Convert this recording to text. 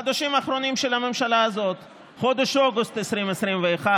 את החודשים האחרונים של הממשלה הזאת: חודש אוגוסט 2021,